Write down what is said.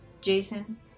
jason